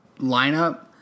lineup